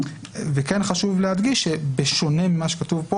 וכן חשוב להדגיש שבשונה ממה שכתוב פה